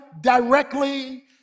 directly